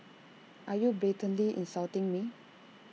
are you blatantly insulting me